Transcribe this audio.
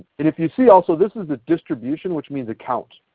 if you see also, this is the distribution which means a count.